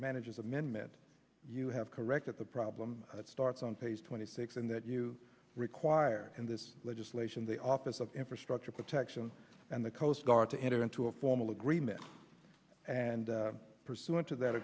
manager's amendment you have corrected the problem starts on page twenty six and that you require in this legislation the office of infrastructure protection and the coast guard to enter into a formal agreement and pursuant to that